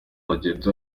bagenzi